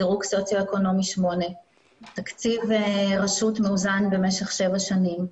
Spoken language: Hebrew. דירוג סוציו אקונומי 8. תקציב רשות מאוזן במשך שבע שנים.